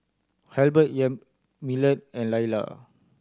Halbert Yamilet and Lailah